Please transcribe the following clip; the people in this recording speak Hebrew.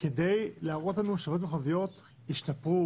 כדי להראות לנו שהוועדות המחוזיות השתפרו,